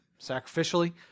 sacrificially